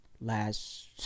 last